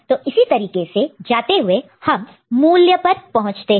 तो इसी तरीके से जाते हुए हम मूल्य पर पहुंचते हैं